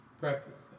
breakfast